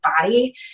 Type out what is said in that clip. body